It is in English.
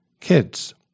kids